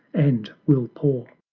and will pour.